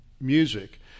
music